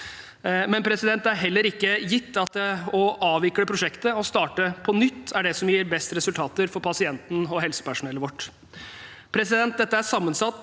men det er heller ikke gitt at å avvikle prosjektet og starte på nytt er det som gir best resultater for pasientene og helsepersonellet vårt. Dette er sammensatt,